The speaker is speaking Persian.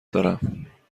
دارم